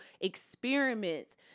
experiments